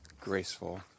graceful